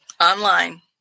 Online